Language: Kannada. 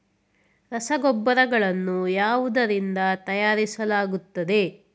ರಸಗೊಬ್ಬರಗಳನ್ನು ಯಾವುದರಿಂದ ತಯಾರಿಸಲಾಗುತ್ತದೆ?